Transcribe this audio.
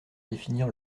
définir